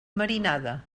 marinada